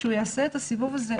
כשהוא יעשה את הסיבוב הזה,